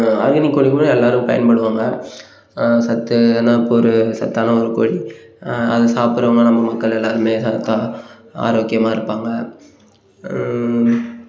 organic கோழி மூலம் எல்லாரும் பயன்படுவாங்கள் சத்து நான் இப்போ ஒரு சத்தான ஒரு கோழி அதை சாப்பிட்றவங்க நம்ம மக்கள் எல்லாருமே சத்தாக ஆரோக்கியமாக இருப்பாங்கள்